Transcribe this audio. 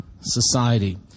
society